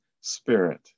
spirit